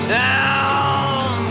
down